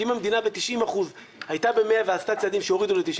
כי אם המדינה ב-90% הייתה ב-100% ועשתה צעדים שהורידו ל-90%,